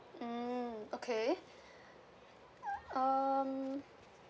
mm okay um